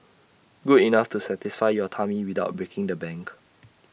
good enough to satisfy your tummy without breaking the bank